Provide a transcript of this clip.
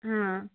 ହଁ